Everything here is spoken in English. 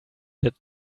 that